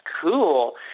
cool